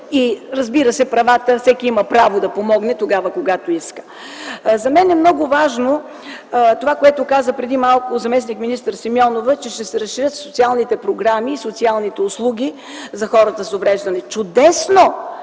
отговорностите, а всеки има право да помогне тогава, когато иска. За мен е много важно това, което каза преди малко заместник-министър Симеонова, че ще се разширят социалните програми и социалните услуги за хората с увреждания. Чудесно,